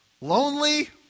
lonely